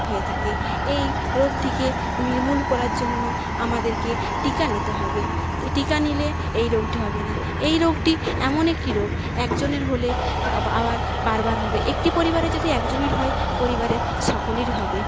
হয়ে থাকে এই রোগটিকে নির্মূল করার জন্য আমাদেরকে টিকা নিতে হবে ত টিকা নিলে এই রোগটি হবে না এই রোগটি এমন একটি রোগ একজনের হলে তা আবার বারবার হবে একটি পরিবারে যদি একজনের হয় পরিবারের সকলেরই হবে